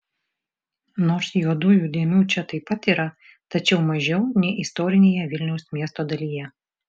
nors juodųjų dėmių čia taip pat yra tačiau mažiau nei istorinėje vilniaus miesto dalyje